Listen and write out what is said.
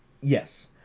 Yes